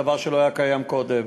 דבר שלא היה קיים קודם.